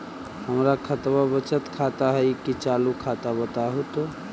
हमर खतबा बचत खाता हइ कि चालु खाता, बताहु तो?